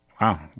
Wow